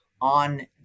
on